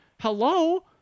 hello